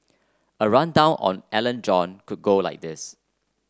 a rundown on Alan John could go like this